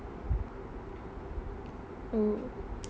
oh